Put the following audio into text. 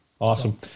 Awesome